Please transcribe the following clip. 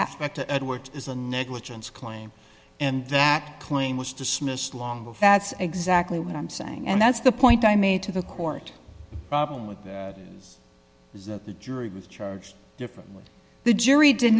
the edwards is a negligence claim and that claim was dismissed long before that's exactly what i'm saying and that's the point i made to the court problem with that is that the jury was charged differently the jury did